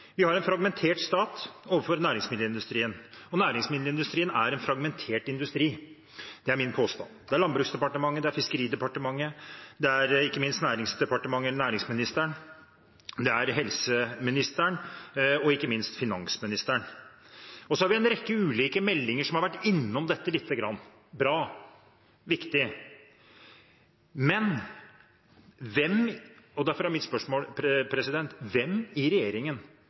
Vi har en fragmentert stat overfor næringsmiddelindustrien, og næringsmiddelindustrien er en fragmentert industri. Det er min påstand. Den består av Landbruksdepartementet, Fiskeridepartementet, ikke minst Næringsdepartementet med næringsministeren, helseministeren og ikke minst finansministeren. En rekke ulike meldinger har vært innom dette lite grann – det er bra og viktig. Derfor er mitt spørsmål: Hvem i regjeringen